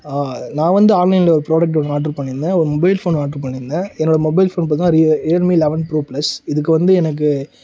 நான் வந்து ஆன்லைனில் ஒரு ப்ராடெக்ட் ஒன்று ஆட்ரு பண்ணிருந்தேன் ஒரு மொபைல் ஃபோன் ஆட்ரு பண்ணிருந்தேன் என்னோட மொபைல் ஃபோன் பார்த்திங்கன்னா ரி ரியல்மீ லெவன் ப்ரோ ப்ளஸ் இதுக்கு வந்து எனக்கு